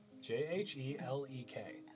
J-H-E-L-E-K